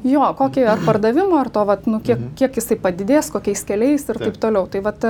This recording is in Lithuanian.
jo kokį ar pardavimo ar to vat nu kiek kiek jisai padidės kokiais keliais ir taip toliau tai vat